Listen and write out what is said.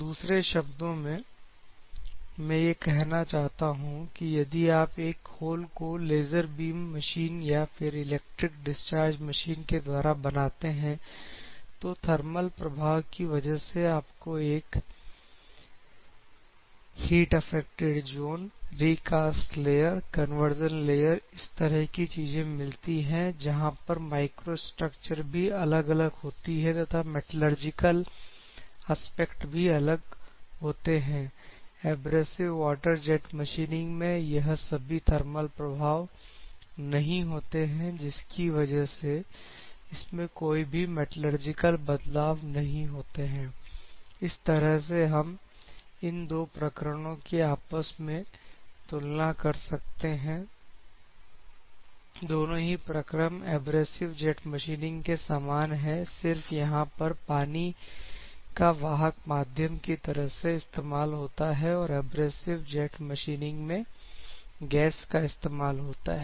दूसरे शब्दों में मैं यह कहना चाहता हूं कि यदि आप एक होल को लेजर बीम मशीन या फिर इलेक्ट्रिक डिसचार्ज मशीन के द्वारा बनाते हैं तो थर्मल प्रभाव की वजह से आपको एक heater factors on heat affected zone recast layer conversion layer इस तरह की चीजें मिलती है जहां पर माइक्रोस्ट्रक्चर भी अलग अलग होती है तथा मेटालर्जिकल हॉस्पेट से भी अलग होते हैं एड्रेस सेव वाटर जेट मशीनिंग में यह सभी थर्मल प्रभाव नहीं होते हैं जिसकी वजह से इसमें कोई भी मेटालर्जिकल बदलाव नहीं होते हैं इस तरह से हम इंदौर प्रकरणों को आपस में तुलना कर सकते हैं सिद्धांत आया दोनों ही प्रक्रम एब्रेजिव जेट मशीनिंग के समान है सिर्फ यहां पर पानी का वाहक माध्यम की तरह से इस्तेमाल होता है और एब्रेजिव जेट मशीनिंग में गैस का इस्तेमाल होता है